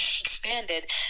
expanded